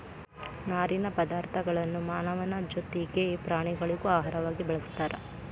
ನಾರಿನ ಪದಾರ್ಥಗಳನ್ನು ಮಾನವನ ಜೊತಿಗೆ ಪ್ರಾಣಿಗಳಿಗೂ ಆಹಾರವಾಗಿ ಬಳಸ್ತಾರ